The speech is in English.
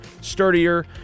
sturdier